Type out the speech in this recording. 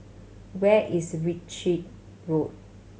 where is Ritchie Road